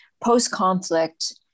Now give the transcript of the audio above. post-conflict